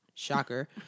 Shocker